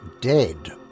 dead